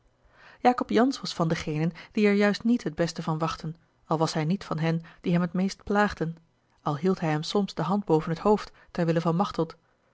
jacob jansz was van degenen die er juist niet het beste van wachtten als was hij niet van hen die hem het meest plaagden al hield hij hem soms de hand boven t hoofd ter wille van machteld